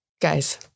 guys